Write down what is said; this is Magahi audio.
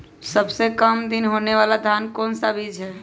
सबसे काम दिन होने वाला धान का कौन सा बीज हैँ?